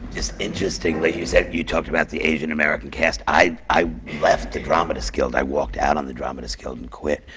it's interesting, you said you talked about the asian-american cast i i left the dramatists guild, i walked out on the dramatists guild and quit,